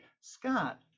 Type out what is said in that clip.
Scott